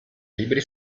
libri